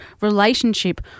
relationship